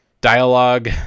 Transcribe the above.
dialogue